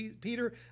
peter